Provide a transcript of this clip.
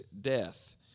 death